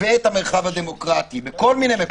המרחב הדמוקרטי בכל מיני מקומות.